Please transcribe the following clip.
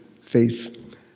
faith